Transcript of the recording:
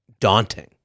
daunting